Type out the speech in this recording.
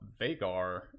Vagar